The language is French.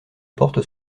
porte